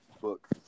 book